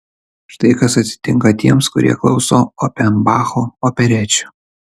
štai kas atsitinka tiems kurie klauso ofenbacho operečių